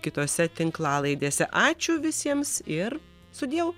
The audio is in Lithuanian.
kitose tinklalaidėse ačiū visiems ir sudieu